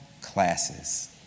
classes